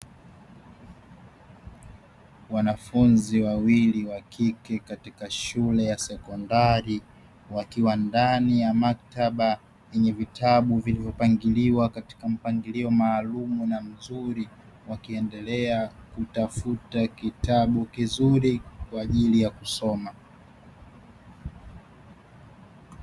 Wanafunzi wawili wa kike katika shule ya sekondari wakiwa ndani ya maktaba yenye vitabu vilivyopangiliwa katika mpangilio maalumu na mzuri, wakiendelea kutafuta kitabu kizuri kwa ajili ya kusoma.